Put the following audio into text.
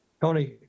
Tony